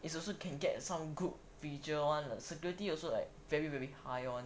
is also can get some good visual [one] the security also like very very high [one]